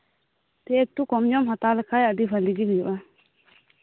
ᱫᱤᱭᱮ ᱮᱠᱴᱩ ᱠᱚᱢ ᱧᱚᱜ ᱮᱢ ᱦᱟᱛᱟᱣ ᱞᱮᱠᱷᱟᱱ ᱟᱹᱰᱤ ᱵᱷᱟᱜᱤ ᱦᱩᱭᱩᱜᱼᱟ